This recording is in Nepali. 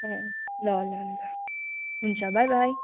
ल ल ल हुन्छ बाई बाई